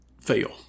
fail